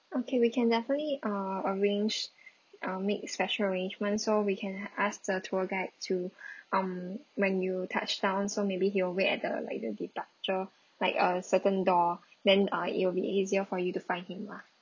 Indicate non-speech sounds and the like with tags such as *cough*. okay we can definitely uh arrange uh make special arrangements so we can ask the tour guide to *breath* um when you touchdown so maybe he'll wait at the like the departure like uh certain door then uh it will be easier for you to find him lah